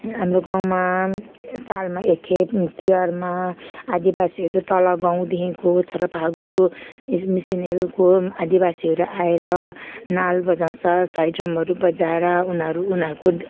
हाम्रो गाउँमा सालमा एकखेप तिहारमा आदिवासीहरू तल गाउँदेखिको छोटा फागु इस मिसन हिलको आदिवासीहरू आएर नाल बजाउँछ साइड ड्रमहरू बजाएर उनीहरू उनीहरूको